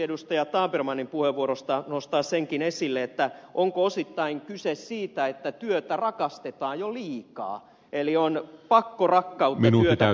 tabermanninkin puheenvuorosta nostaa sen esille onko osittain kyse siitä että työtä rakastetaan jo liikaa eli on pakkorakkautta työtä kohtaan